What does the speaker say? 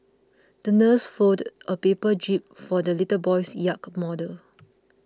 the nurse folded a paper jib for the little boy's yacht model